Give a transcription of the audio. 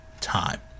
time